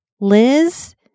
Liz